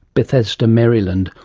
bethesda maryland,